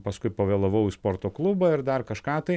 paskui pavėlavau į sporto klubą ir dar kažką tai